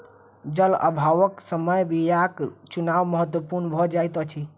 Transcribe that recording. जल अभावक समय बीयाक चुनाव महत्पूर्ण भ जाइत अछि